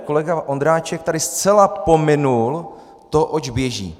Kolega Ondráček tady zcela pominul to, oč běží.